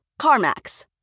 CarMax